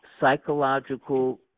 psychological